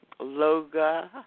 Loga